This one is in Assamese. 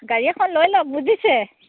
গাড়ী এখন লৈ লওক বুজিছে